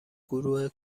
گروه